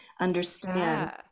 understand